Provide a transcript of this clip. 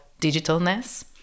digitalness